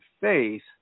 faith